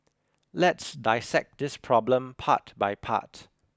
let's dissect this problem part by part